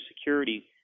security